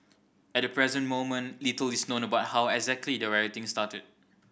at the present moment little is known about how exactly the rioting started